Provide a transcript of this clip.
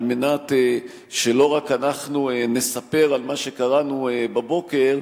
על מנת שלא רק נספר על מה שקראנו בבוקר,